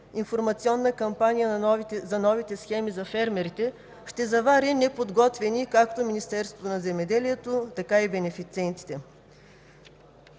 информационна кампания за новите схеми за фермерите ще завари неподготвени както Министерството на земеделието и храните, така и бенефициентите.